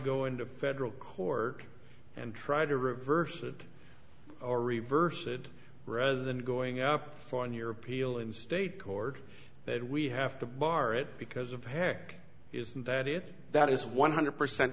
go into federal court and try to reverse it or reverse it rather than going up on your appeal in state court that we have to bar it because of heck isn't that it that is one hundred percent